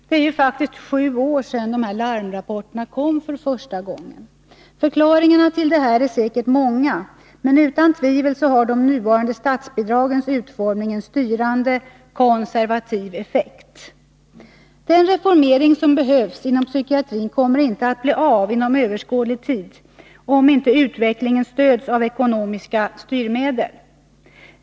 Det är faktiskt sju år sedan de första larmrapporterna kom. Förklaringarna till detta är säkert många, men utan tvivel har de nuvarande statsbidragens utformning en styrande konservativ effekt. Den reformering som behövs inom psykiatrin kommer inte att bli av inom överskådlig tid, om inte utvecklingen stöds av ekonomiska styrmedel.